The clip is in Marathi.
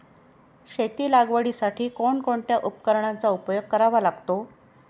शेती लागवडीसाठी कोणकोणत्या उपकरणांचा उपयोग करावा लागतो?